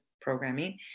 programming